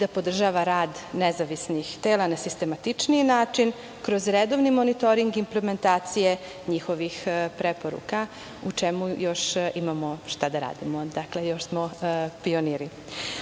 da podržava rad nezavisnih tela na sistematičniji način, kroz redovni monitoring implementacije njihovih preporuka, u čemu još imamo šta da radimo. Dakle, još smo pioniri. Ono